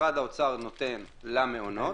שמשרד האוצר נותן למעונות